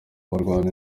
barwana